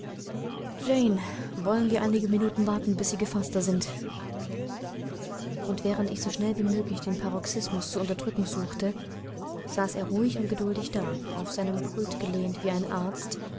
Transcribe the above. wollen einige minuten warten bis sie gefaßter sind und während ich so schnell wie möglich den paroxismus zu unterdrücken suchte saß er ruhig und geduldig da auf sein pult gelehnt wie ein arzt